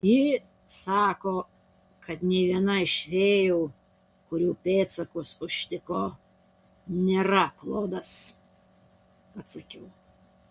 ji sako kad nė viena iš fėjų kurių pėdsakus užtiko nėra klodas atsakiau